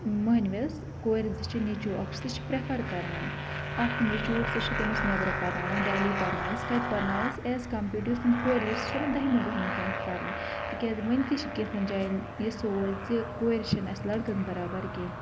مٔہنوِس کورِ زٕ چھِ نیٚچوٗ اَکھ چھُ سُہ چھِ پرٛیفَر کَران اَکھ نیٚچوٗ سُہ چھِ تٔمِس نٮ۪برٕ پَرناوان ڈیلی پَرنایَس کَتہِ پَرنایَس ایز کَمپیرٕڈ یُس تٔمِس کورِ زٕ چھِ سُہ چھِ تِمَن دٔہمہِ بٔہمہِ تانٮ۪تھ پَرنہٕ تِکیٛازِ وٕنۍ تہِ چھِ کینٛژھن جایَن یہِ سونچ زِ کورِ چھِنہٕ اَسہِ لٔڑکَن بَرابَر کینٛہہ